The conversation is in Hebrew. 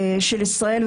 של ישראל,